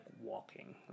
walking